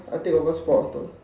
I take over sports